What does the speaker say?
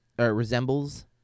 resembles